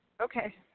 Okay